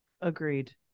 Agreed